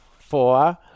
Four